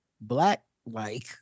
black-like